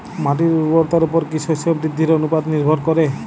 মাটির উর্বরতার উপর কী শস্য বৃদ্ধির অনুপাত নির্ভর করে?